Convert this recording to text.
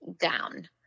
down